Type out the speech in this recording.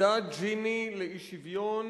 מדד ג'יני לאי-שוויון,